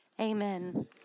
amen